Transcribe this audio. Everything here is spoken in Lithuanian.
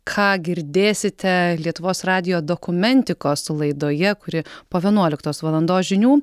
ką girdėsite lietuvos radijo dokumentikos laidoje kuri po vienuoliktos valandos žinių